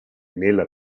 nella